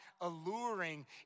alluring